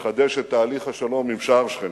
לחדש את תהליך השלום עם שאר שכנינו.